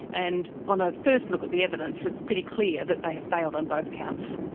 and on a first look at the evidence, it's pretty clear that they have failed on both counts.